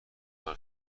مرا